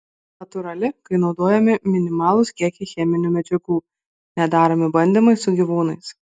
natūrali kai naudojami minimalūs kiekiai cheminių medžiagų nedaromi bandymai su gyvūnais